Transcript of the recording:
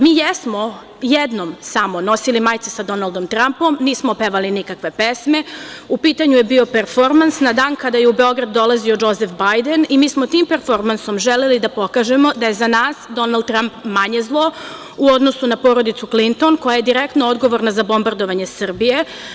Mi jesmo jednom samo nosili majice sa Donaldom Trampom, nismo pevali nikakve pesme, u pitanju je bio performans, na dan kada je u Beograd dolazio Džosef Bajden i mi smo tim performansom želeli da pokažemo da je za nas, Donald Tramp manje zlo, u odnosu na porodicu Klinton, koja je direktno odgovorna za bombardovanje Srbije.